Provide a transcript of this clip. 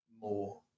more